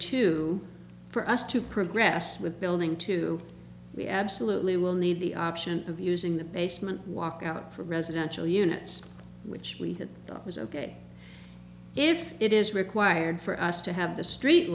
two for us to progress with building two we absolutely will need the option of using the basement walkout for residential units which we had thought was ok if it is required for us to have the street